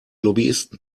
lobbyisten